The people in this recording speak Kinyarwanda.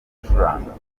gucuranga